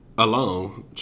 alone